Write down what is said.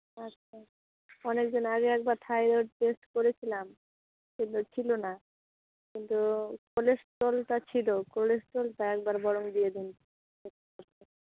অনেকদিন আগে একবার থাইরয়েড টেস্ট করেছিলাম কিন্তু ছিলো না কিন্তু কোলেস্ট্রলটা ছিলো কোলেস্ট্রলটা একবার বরং দিয়ে দিন